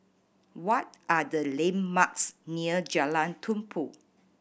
what are the landmarks near Jalan Tumpu